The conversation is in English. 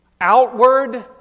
outward